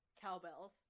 cowbells